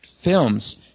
films